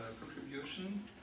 contribution